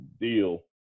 deal